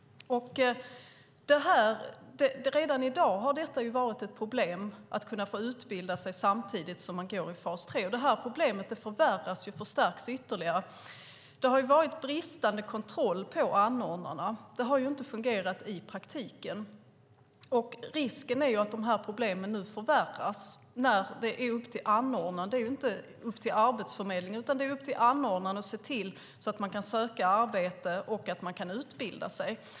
Redan i dag har det varit ett problem att kunna få utbilda sig samtidigt som man går i fas 3, och det här problemet förvärras och förstärks ytterligare. Det har varit bristande kontroll över anordnarna. Det har inte fungerat i praktiken, och risken är att de här problemen nu förvärras när det är upp till anordnaren. Det är ju inte upp till Arbetsförmedlingen, utan det är upp till anordnaren att se till att man kan söka arbete och utbilda sig.